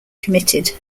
committed